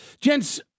Gents